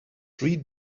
three